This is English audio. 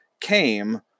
came